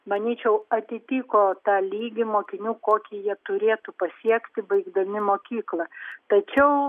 manyčiau atitiko tą lygį mokinių kokį jie turėtų pasiekti baigdami mokyklą tačiau